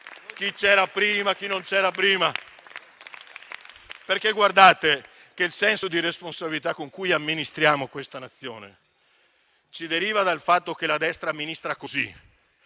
chi c'era prima o chi non c'era prima. Il senso di responsabilità con cui amministriamo questa Nazione, infatti, deriva dal fatto che la destra amministra così,